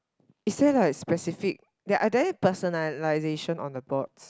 is there like specific ya are there personalisation on the boards